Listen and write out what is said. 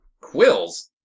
Quills